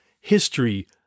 history